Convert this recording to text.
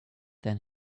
than